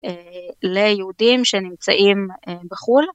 ליהודים שנמצאים בחו"ל.